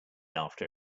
after